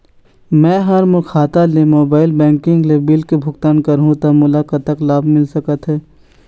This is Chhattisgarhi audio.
मैं हा मोर खाता ले मोबाइल बैंकिंग ले बिल के भुगतान करहूं ता मोला कतक लाभ मिल सका थे?